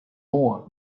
more